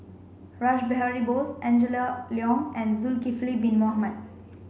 Rash Behari Bose Angela Liong and Zulkifli bin Mohamed